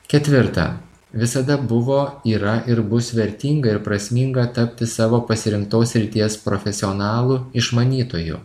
ketvirta visada buvo yra ir bus vertinga ir prasminga tapti savo pasirinktos srities profesionalu išmanytoju